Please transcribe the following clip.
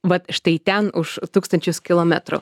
va štai ten už tūkstančius kilometrų